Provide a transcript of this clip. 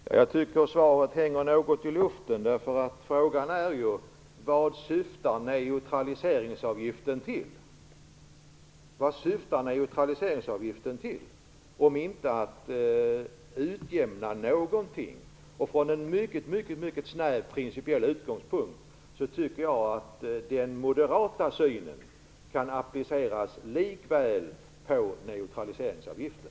Fru talman! Jag tycker svaret hänger något i luften. Frågan är: Vad syftar neutraliseringsavgiften till om inte att utjämna någonting? Från en mycket snäv principiell utgångspunkt tycker jag att den moderata synen kan appliceras likväl på neutraliseringsavgiften.